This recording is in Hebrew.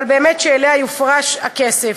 אבל באמת, אליה יופרש הכסף.